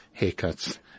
haircuts